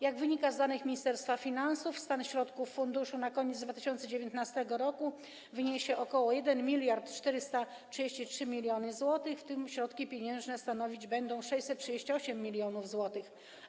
Jak wynika z danych Ministerstwa Finansów, stan środków funduszu na koniec 2019 r. wyniesie ok. 1433 mln zł, w tym środki pieniężne stanowić będą 638 mln zł.